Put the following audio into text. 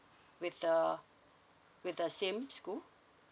with the with the same school